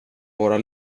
våra